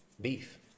Beef